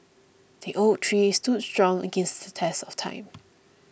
the oak tree stood strong against the test of time